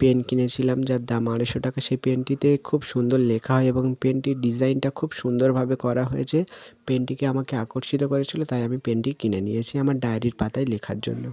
pen কিনেছিলাম যার দাম আড়াইশো টাকা সেই পেনটিতে খুব সুন্দর লেখা হয় এবং পেনটি ডিজাইনটা খুব সুন্দরভাবে করা হয়েছে পেনটিকে আমাকে আকর্ষিত করেছিল তাই আমি পেনটি কিনে নিয়েছি আমার ডাইরির পাতায় লেখার জন্য